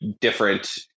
different